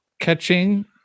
Catching